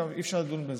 אי-אפשר לדון בזה.